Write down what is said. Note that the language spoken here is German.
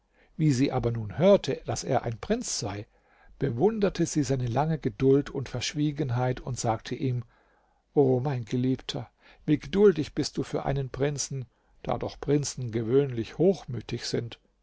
wie sie aber nun hörte daß er ein prinz sei bewunderte sie seine lange geduld und verschwiegenheit und sagte ihm o mein geliebter wie geduldig bist du für einen prinzen da doch prinzen gewöhnlich hochmütig sind